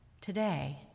Today